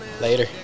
Later